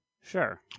Sure